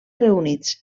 reunits